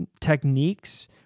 techniques